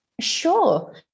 Sure